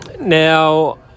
Now